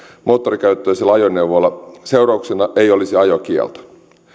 moottorikäyttöisellä ajoneuvolla seurauksena ei olisi ajokielto